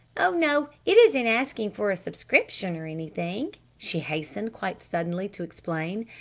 oh, no! it isn't asking for a subscription or anything! she hastened quite suddenly to explain.